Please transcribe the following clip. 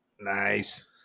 Nice